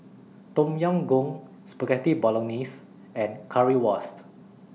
Tom Yam Goong Spaghetti Bolognese and Currywurst